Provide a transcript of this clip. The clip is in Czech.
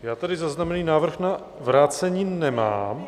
Já tady zaznamenaný návrh na vrácení nemám.